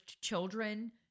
children